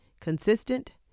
Consistent